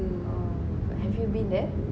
a'ah but have you been there